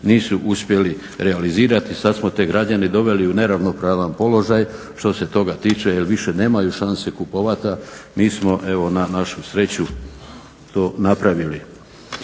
nisu uspjeli realizirati. Sad smo te građane doveli u neravnopravan položaj što se toga tiče jer više nemaju šanse kupovati, a nismo evo na našu sreću to napravili.